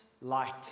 light